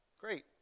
Great